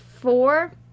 four